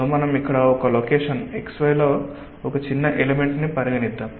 so మనం ఇక్కడ ఒక లొకేషన్ x y లో ఒక చిన్న ఎలెమెంట్ ని పరిగణిద్దాం